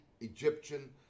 Egyptian